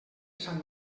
sant